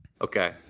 Okay